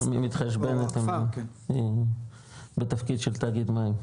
היא מתחשבנת, בתפקיד של תאגיד מים.